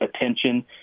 attention